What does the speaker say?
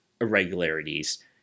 irregularities